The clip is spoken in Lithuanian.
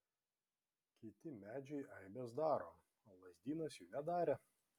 kiti medžiai eibes daro o lazdynas jų nedarė